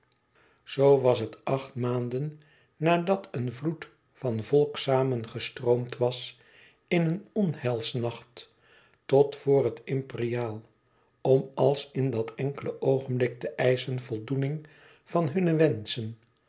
zoo was het acht maanden nadat een vloed van volk samengestroomd was in een onheilsnacht tot voor het imperiaal om als in dat enkele oogenblik te eischen voldoening van hunne wenschen